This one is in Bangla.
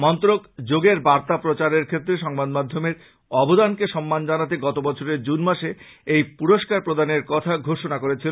মন্ত্রনালয় যোগের বার্তা প্রচারের ক্ষেত্রে সংবাদ মাধ্যমের অবদানকে সম্মান জানাতে গত বছরের জুন মাসে এই পুরষ্কার প্রদানের কথা ঘোষনা করেছিল